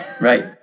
Right